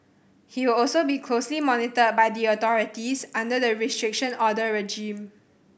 he will also be closely monitored by the authorities under the Restriction Order regime